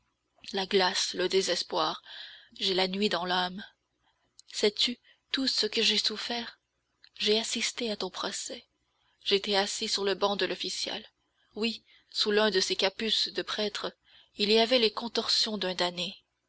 la glace le désespoir j'ai la nuit dans l'âme sais-tu tout ce que j'ai souffert j'ai assisté à ton procès j'étais assis sur le banc de l'official oui sous l'un de ces capuces de prêtre il y avait les contorsions d'un damné